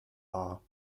war